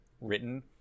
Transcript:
written